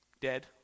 Dead